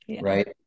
right